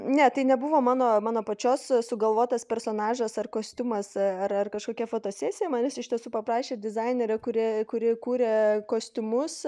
ne tai nebuvo mano mano pačios sugalvotas personažas ar kostiumas ar ar kažkokia fotosesija manęs iš tiesų paprašė dizainerė kuri kuri kūrė kostiumus